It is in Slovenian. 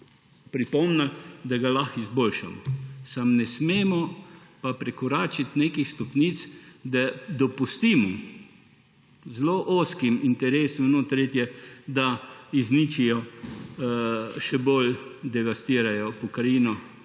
pripomnili, da ga lahko izboljšamo. Samo ne smemo pa prekoračiti nekih stopnic, da dopustimo zelo ozkim interesom, da izničijo, še bolj devastirajo pokrajino,